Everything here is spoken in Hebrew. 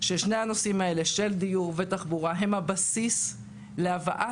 ששני הנושאים האלה דיור ותחבורה הם הבסיס להבאת